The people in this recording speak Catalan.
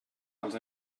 els